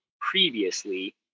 previously